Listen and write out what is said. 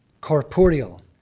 corporeal